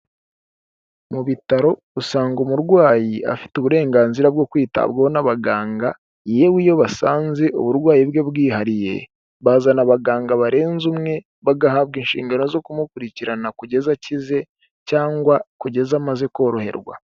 Mu bitaro usanga umurwayi afite uburenganzira bwo kwitabwaho n'abaganga yewe iyo basanze uburwayi bwe bwihariye bazana abaganga barenze umwe, bagahabwa inshingano zo kumukurikirana kugeza akize cyangwa kugeza amaze koroherwa.